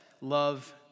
love